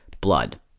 blood